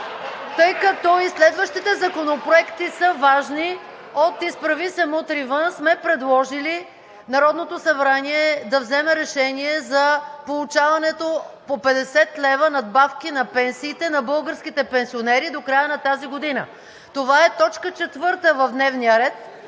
тъй като и следващите законопроекти са важни. От „Изправи се! Мутри вън!“ сме предложили Народното събрание да вземе решение за получаването по 50 лв. надбавки на пенсиите на българските пенсионери до края на тази година. Това е точка четвърта в дневния ред.